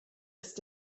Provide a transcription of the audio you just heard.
ist